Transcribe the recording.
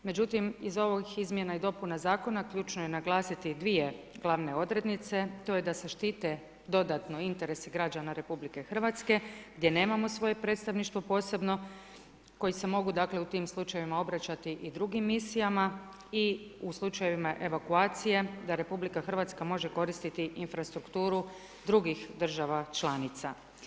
Međutim, iz ovih izmjena i dopuna zakona, ključno je naglasiti 2 glavne odrednice, to je da se štite dodatno interesi građana RH, gdje nemamo svoje predstavništvo, posebno koji se mogu dakle, u tim slučajevima obraćati u drugim misijama i u slučajevima evakuacije, da RH, može koristiti infrastrukturu drugih država članica.